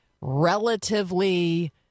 relatively